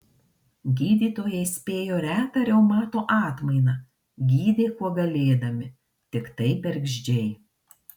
gydytojai spėjo retą reumato atmainą gydė kuo galėdami tiktai bergždžiai